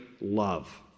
love